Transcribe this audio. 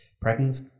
pregnant